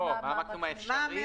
לא, מה המקסימום האפשרי?